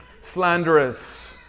Slanderous